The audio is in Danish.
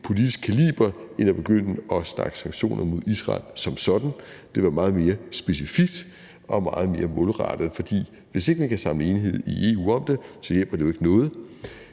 politisk kaliber end at begynde at snakke om sanktioner mod Israel som sådan; det er meget mere specifikt og meget mere målrettet. For hvis ikke man kan samle enighed i EU om det, hjælper det jo ikke noget.